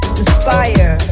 inspire